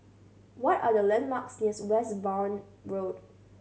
what are the landmarks near Westbourne Road